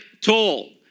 toll